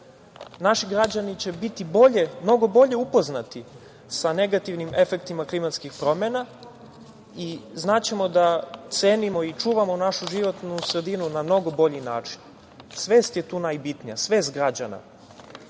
naši građani će biti bolje, mnogo bolje upoznati sa negativnim efektima klimatskih promena i znaćemo da cenimo i čuvamo našu životnu sredinu na mnogo bolji način. Svest je tu najbitnija, svest građana. Kada